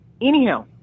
Anyhow